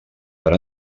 per